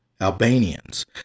Albanians